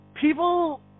People